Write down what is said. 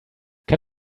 can